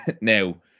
Now